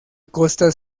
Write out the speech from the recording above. costa